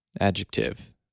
adjective